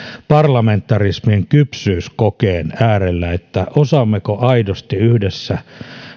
parlamentarismin kypsyyskokeen äärellä osaammeko aidosti yhdessä